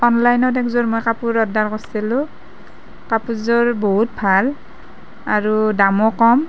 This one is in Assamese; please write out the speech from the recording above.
অনলাইনত এযোৰ মই কাপোৰ অৰ্ডাৰ কৰিছিলোঁ কাপোৰযোৰ বহুত ভাল আৰু দামো কম